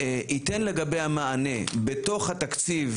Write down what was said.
ייתן לגביה מענה בתוך התקציב.